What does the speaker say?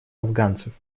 афганцев